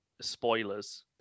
spoilers